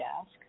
ask